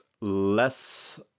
less